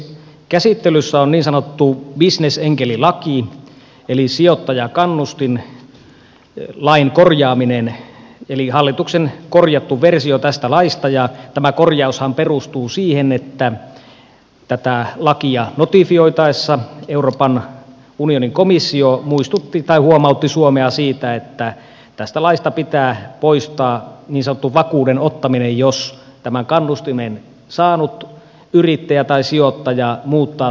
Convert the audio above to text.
käsittelyssä on niin sanottu bisnesenkelilaki eli sijoittajakannustinlain korjaaminen eli hallituksen korjattu versio tästä laista ja tämä korjaushan perustuu siihen että tätä lakia notifioitaessa euroopan unionin komissio huomautti suomea siitä että tästä laista pitää poistaa niin sanottu vakuuden ottaminen jos tämän kannustimen saanut yrittäjä tai sijoittaja muuttaa suomesta pois